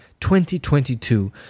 2022